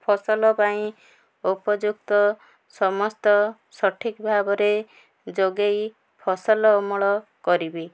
ଫସଲ ପାଇଁ ଉପଯୁକ୍ତ ସମସ୍ତ ସଠିକ୍ ଭାବରେ ଯୋଗାଇ ଫସଲ ଅମଳ କରିବି